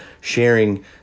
sharing